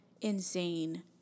insane